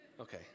Okay